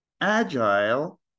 agile